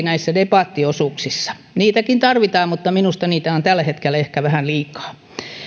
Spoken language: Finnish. näissä debattiosuuksissa niitäkin tarvitaan mutta minusta niitä on tällä hetkellä ehkä vähän liikaa